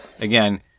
again